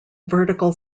vertical